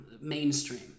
mainstream